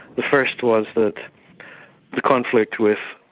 the first was that the conflict with